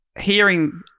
Hearing